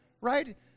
right